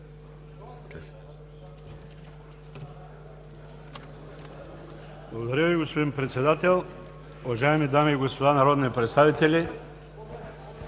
Уважаеми господин Председател, уважаеми дами и господа народни представители!